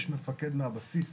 יש מפקד בסיס